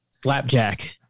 Slapjack